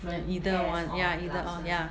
either one ya either or ya